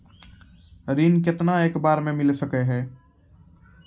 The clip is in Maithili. ऋण केतना एक बार मैं मिल सके हेय?